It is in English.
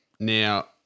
Now